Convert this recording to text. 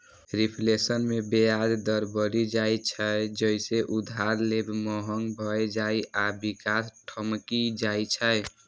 reflation मे ब्याज दर बढ़ि जाइ छै, जइसे उधार लेब महग भए जाइ आ विकास ठमकि जाइ छै